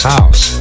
House